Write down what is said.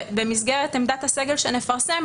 במסגרת עמדת הסגל שנפרסם,